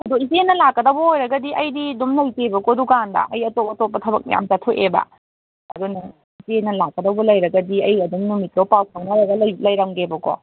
ꯑꯗꯣ ꯏꯆꯦꯅ ꯂꯥꯛꯀꯗꯧꯕ ꯑꯣꯏꯔꯒꯗꯤ ꯑꯩꯗꯤ ꯑꯗꯨꯝ ꯂꯩꯖꯩꯕꯀꯣ ꯗꯨꯀꯥꯟꯗ ꯑꯩ ꯑꯇꯣꯞ ꯑꯇꯣꯞꯄ ꯊꯕꯛ ꯃꯌꯥꯝ ꯆꯠꯊꯣꯛꯑꯦꯕ ꯑꯗꯨꯅ ꯏꯆꯦꯅ ꯂꯥꯛꯀꯗꯧꯕ ꯂꯩꯔꯒꯗꯤ ꯑꯩ ꯑꯗꯨꯝ ꯅꯨꯃꯤꯠꯇꯣ ꯄꯥꯎ ꯐꯥꯎꯅꯔꯒ ꯂꯩꯔꯝꯒꯦꯕꯀꯣ